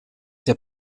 der